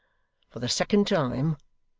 for the second time,